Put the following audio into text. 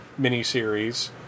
miniseries